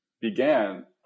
began